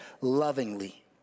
lovingly